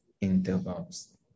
intervals